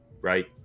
right